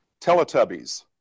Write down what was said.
Teletubbies